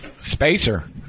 spacer